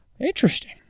interesting